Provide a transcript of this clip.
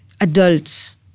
adults